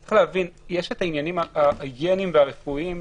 צריך להבין, יש העניינים ההיגייניים והרפואיים.